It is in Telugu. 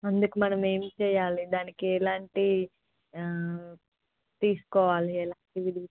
అందుకు మనం ఏమి చెయ్యాలి దానికి ఎలాంటి తీసుకోవాలి